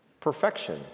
perfection